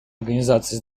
организации